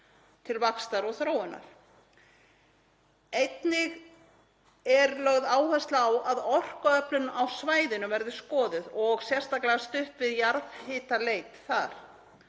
til vaxtar og þróunar. Einnig er lögð áhersla á að orkuöflun á svæðinu verði skoðuð og sérstaklega stutt við jarðhitaleit þar.